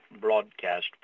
broadcast